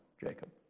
Jacob